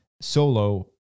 solo